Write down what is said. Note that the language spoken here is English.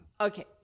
Okay